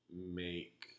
make